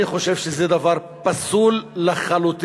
אני חושב שזה דבר פסול לחלוטין,